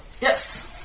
Yes